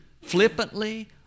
flippantly